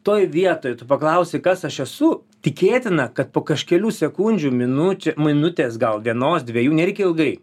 toj vietoj tu paklausi kas aš esu tikėtina kad po kažkelių sekundžių minučių minutės gal vienos dviejų nereikia ilgai